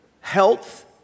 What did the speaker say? health